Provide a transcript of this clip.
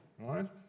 right